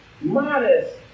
modest